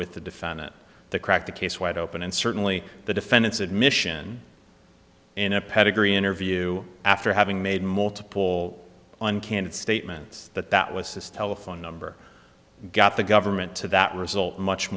with the defendant to crack the case wide open and certainly the defendant's admission in a pedigree interview after having made multiple uncandid statements but that was his telephone number got the government to that result much